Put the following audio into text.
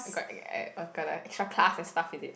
got got the extra class and stuff is it